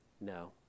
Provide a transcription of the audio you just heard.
No